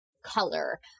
color